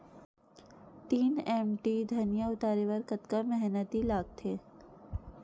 तीन एम.टी धनिया उतारे बर कतका मेहनती लागथे?